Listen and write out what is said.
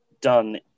done